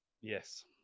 Yes